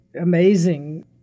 amazing